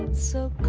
so